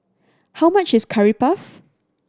how much is Curry Puff